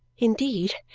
indeed,